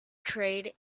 trade